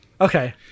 Okay